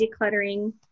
decluttering